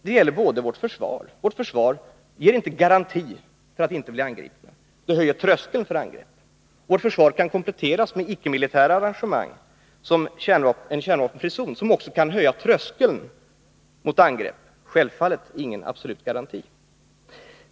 Inte heller vårt försvar ger garanti för att vi inte skall bli angripna. Det höjer tröskeln för angrepp. Vårt försvar kan kompletteras med icke-militära arrangemang, t.ex. en kärnvapenfri zon, som också kan höja tröskeln mot kärnvapenangrepp. Men det är självfallet ingen absolut garanti.